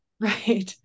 Right